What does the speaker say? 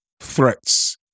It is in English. threats